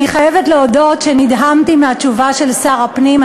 אני חייבת להודות שנדהמתי מהתשובה של שר הפנים.